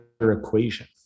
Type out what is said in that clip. equation